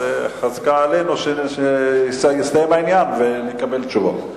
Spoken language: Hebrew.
אז חזקה עלינו שיסתיים העניין ונקבל תשובות.